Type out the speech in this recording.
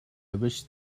wish